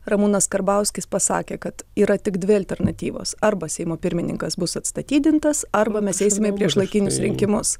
ramūnas karbauskis pasakė kad yra tik dvi alternatyvos arba seimo pirmininkas bus atstatydintas arba mes eisime į priešlaikinius rinkimus